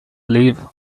live